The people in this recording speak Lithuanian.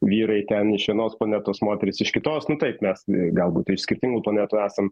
vyrai ten iš vienos planetos moterys iš kitos nu taip mes galbūt iš skirtingų planetų esam